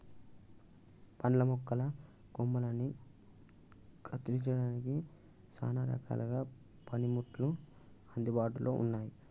పండ్ల మొక్కల కొమ్మలని కత్తిరించడానికి సానా రకాల పనిముట్లు అందుబాటులో ఉన్నాయి